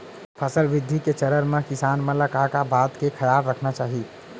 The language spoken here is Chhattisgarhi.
फसल वृद्धि के चरण म किसान मन ला का का बात के खयाल रखना चाही?